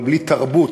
אבל בלי תרבות,